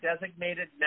designated